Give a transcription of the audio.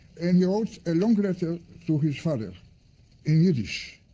and he wrote a long letter to his father in yiddish,